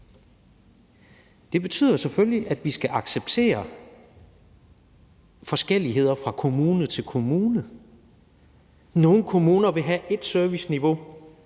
Det betyder selvfølgelig, at vi skal acceptere forskelligheder fra kommune til kommune. Nogle kommuner vil have ét serviceniveau